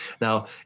Now